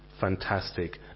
fantastic